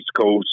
Coast